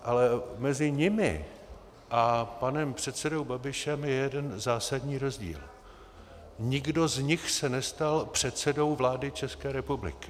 Ale mezi nimi a panem předsedou Babišem je jeden zásadní rozdíl nikdo z nich se nestal předsedou vlády České republiky.